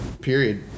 Period